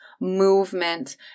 movement